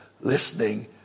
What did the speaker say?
listening